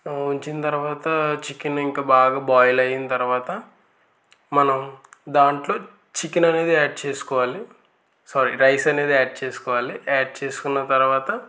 ఉంచిన తర్వాత చికెన్ ఇంకా బాగా బాయిల్ అయిన తర్వాత మనం దాంట్లో చికెన్ అనేది యాడ్ చేసుకోవాలి సారీ రైస్ అనేది యాడ్ చేసుకోవాలి యాడ్ చేసుకున్న తర్వాత